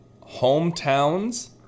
hometowns